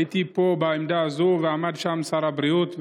הייתי פה בעמדה הזו ועמד שם שר הבריאות,